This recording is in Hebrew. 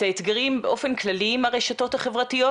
את האתגרים באופן כללי עם הרשתות החברתיות